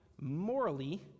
morally